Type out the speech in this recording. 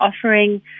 offering